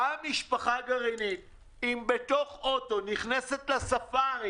באה משפחה גרעינית ובתוך אוטו נכנסת לספארי.